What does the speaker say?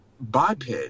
biped